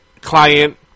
client